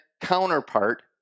counterpart